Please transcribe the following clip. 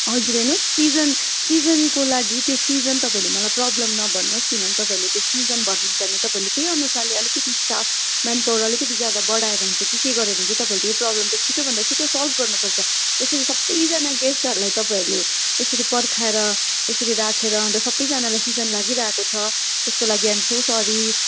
हजुर हेर्नुहोस् सिजन सिजनको लागि त्यो सिजन तपाईँहरूले मलाई प्रोब्लम नभन्नुहोस् किनभने तपाईँहरूले त्यो सिजन भन्नुहुन्छ भने तपाईँहरूले त्यही अनुसारले अलिकति स्टाफ मेनपावर अलिकति ज्यादा बढाएर हुन्छ कि के गरेर हुन्छ तपाईँहरूले त यो प्रोब्लम छिटोभन्दा छिटो सल्भ गर्नुपर्छ यसरी सबैजना गेस्टहरूलाई तपाईँहरूले यसरी पर्खाएर यसरी राखेर अन्त सबैजनालाई सिजन लागिरहेको छ त्यसको लागि आई एम सो सरी